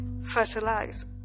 fertilize